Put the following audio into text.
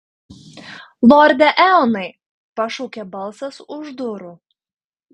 lorde eonai pašaukė balsas už durų